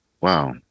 wow